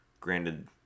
granted